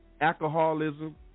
alcoholism